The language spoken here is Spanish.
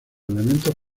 elementos